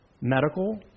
medical